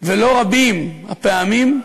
לא רבות הפעמים,